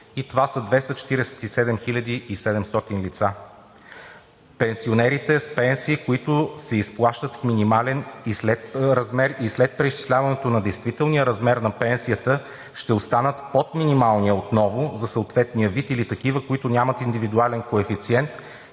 и това са 247 700 лица. Пенсионерите с пенсии, които се изплащат в минимален размер и след преизчисляването на действителния размер на пенсията, ще останат под минималния отново за съответния вид или такива, които нямат индивидуален коефициент